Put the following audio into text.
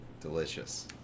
Delicious